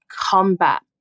combat